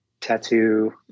tattoo